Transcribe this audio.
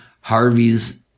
Harvey's